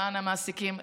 למען המעסיקים,